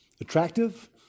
attractive